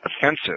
offensive